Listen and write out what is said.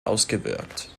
ausgewirkt